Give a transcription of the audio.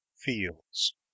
Fields